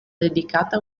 dedicata